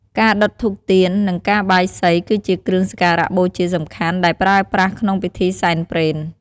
ការដុតធូបទៀន និងការបាយសី គឺជាគ្រឿងសក្ការៈបូជាសំខាន់ដែលប្រើប្រាស់ក្នុងពិធីសែនព្រេន។